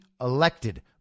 elected